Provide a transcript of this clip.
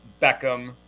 Beckham